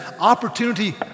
Opportunity